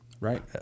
right